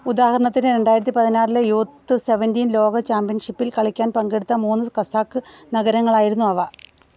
ഉദാഹരണത്തിന് രണ്ടായിരത്തി പതിനാറിലെ യൂത്ത് സെവൻറ്റീൻ ലോക ചാമ്പ്യൻഷിപ്പിൽ കളിക്കാൻ പങ്കെടുത്ത മൂന്ന് കസാഖ് നഗരങ്ങളായിരുന്നു അവ